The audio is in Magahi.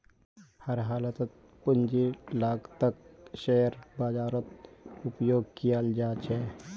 हर हालतत पूंजीर लागतक शेयर बाजारत उपयोग कियाल जा छे